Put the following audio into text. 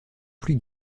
plus